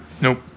Nope